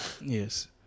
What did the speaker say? Yes